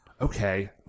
Okay